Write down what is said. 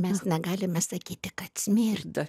mes negalime sakyti kad smirda